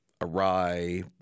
awry –